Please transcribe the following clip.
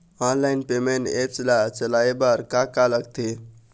Online payment apps ला चलाए बार का का लगथे?